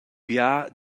bia